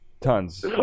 Tons